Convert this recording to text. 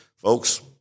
Folks